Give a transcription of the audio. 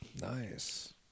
Nice